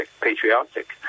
patriotic